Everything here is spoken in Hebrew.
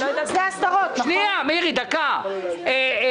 זה עשרות, נכון?